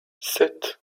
sept